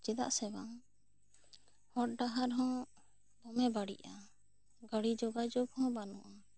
ᱪᱮᱫᱟᱜ ᱥᱮ ᱵᱟᱝ ᱦᱚᱨ ᱰᱟᱦᱟᱨ ᱦᱚᱸ ᱫᱚᱢᱮ ᱵᱟᱹᱲᱤᱡᱼᱟ ᱜᱟᱹᱰᱤ ᱡᱚᱜᱟᱡᱚᱜᱽ ᱦᱚᱸ ᱵᱟᱹᱱᱩᱜᱼᱟ